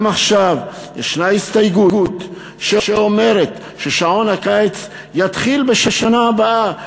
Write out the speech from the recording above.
גם עכשיו יש הסתייגות שאומרת ששעון הקיץ יתחיל בשנה הבאה,